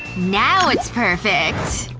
now it's perfect!